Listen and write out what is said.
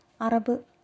Arab